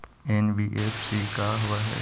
NBFC का होब?